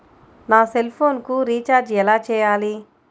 నా సెల్ఫోన్కు రీచార్జ్ ఎలా చేయాలి?